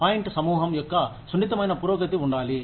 point సమూహం యొక్క సున్నితమైన పురోగతి ఉండాలి